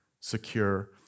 secure